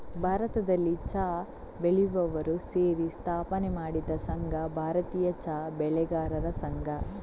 ಭಾರತದಲ್ಲಿ ಚಾ ಬೆಳೆಯುವವರು ಸೇರಿ ಸ್ಥಾಪನೆ ಮಾಡಿದ ಸಂಘ ಭಾರತೀಯ ಚಾ ಬೆಳೆಗಾರರ ಸಂಘ